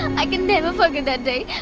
i can never forget that day.